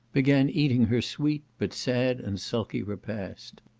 began eating her sweet, but sad and sulky repast.